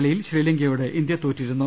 ആദൃ കളിയിൽ ശ്രീലങ്കയോട് ഇന്ത്യ തോറ്റിരുന്നു